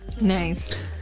Nice